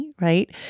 right